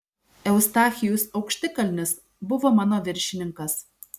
eustachijus aukštikalnis buvo mano viršininkas